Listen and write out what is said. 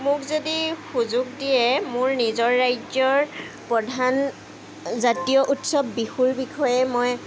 মোক যদি সুযোগ দিয়ে মোৰ নিজৰ ৰাজ্যৰ প্ৰধান জাতীয় উৎসৱ বিহুৰ বিষয়ে মই